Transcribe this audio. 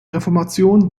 reformation